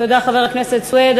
תודה, חבר הכנסת סוייד.